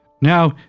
Now